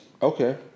Okay